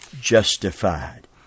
justified